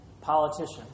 politician